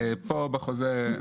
פה בחוזה,